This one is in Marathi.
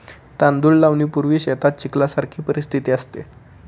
तांदूळ लावणीपूर्वी शेतात चिखलासारखी परिस्थिती असते